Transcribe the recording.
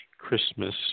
Christmas